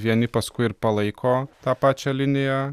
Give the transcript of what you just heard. vieni paskui ir palaiko tą pačią liniją